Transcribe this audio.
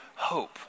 hope